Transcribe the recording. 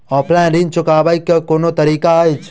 Offline ऋण चुकाबै केँ केँ कुन तरीका अछि?